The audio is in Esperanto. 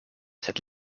sed